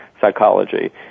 psychology